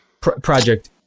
project